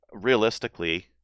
Realistically